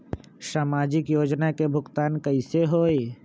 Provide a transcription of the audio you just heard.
समाजिक योजना के भुगतान कैसे होई?